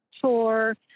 tour